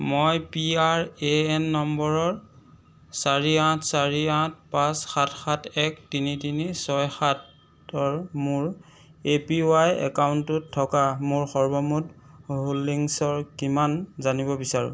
মই P R A N নম্বৰৰ চাৰি আঠ চাৰি আঠ পাঁচ সাত সাত এক তিনি তিনি ছয় সাতৰ মোৰ এ পি ৱাই একাউণ্টটোত থকা মোৰ সৰ্বমুঠ হোল্ডিংছৰ কিমান জানিব বিচাৰোঁ